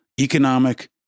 economic